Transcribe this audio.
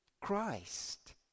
Christ